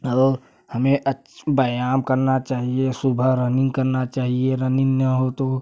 और हमें अच्छी व्यायाम करना चाहिए सुबह रनिंग करना चाहिए रनिंग ना हो तो